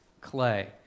clay